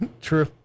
True